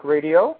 Radio